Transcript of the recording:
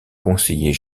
conseiller